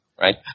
Right